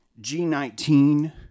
G19